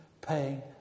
paying